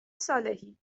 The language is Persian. صالحی